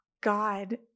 God